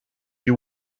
you